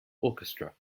orchestra